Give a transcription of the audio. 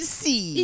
see